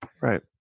Right